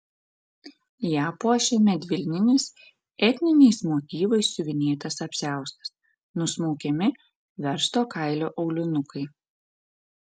ją puošė medvilninis etniniais motyvais siuvinėtas apsiaustas nusmaukiami versto kailio aulinukai